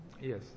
Yes